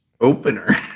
opener